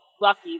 lucky